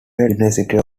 university